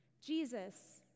Jesus